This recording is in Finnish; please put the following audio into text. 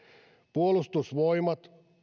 puolustusvoimat